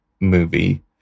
movie